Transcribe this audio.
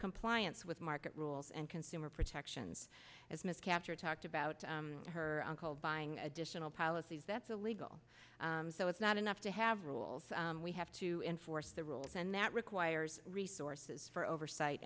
compliance with market rules and consumer protections as ms kaptur talked about her uncle buying additional policies that's illegal so it's not enough to have rules we have to enforce the rules and that requires resources for oversight